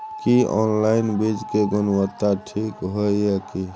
की online बीज के गुणवत्ता ठीक होय ये की?